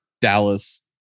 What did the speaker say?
Dallas